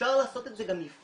אפשר לעשות את זה גם לפני,